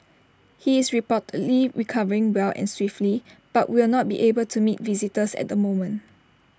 he is reportedly recovering well and swiftly but will not be able to meet visitors at the moment